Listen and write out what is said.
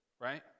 right